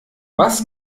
was